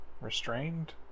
restrained